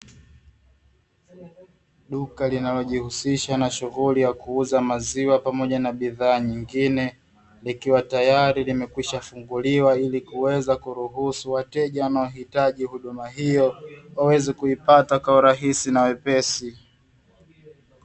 Duka linalojihusisha na uuzaji wa maziwa pamoja na bidhaa nyingine likiwa limefunguliwa tayari kwa wateja kuweza kuzipata kwa hurahisi